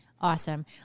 Awesome